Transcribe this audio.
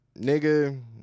nigga